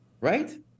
Right